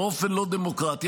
באופן לא דמוקרטי.